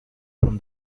from